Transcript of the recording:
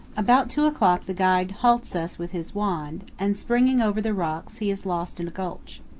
about two o'clock the guide halts us with his wand, and, springing over the rocks, he is lost in a gulch.